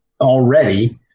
already